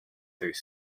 through